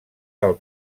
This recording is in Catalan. del